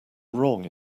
wrong